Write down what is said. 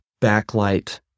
backlight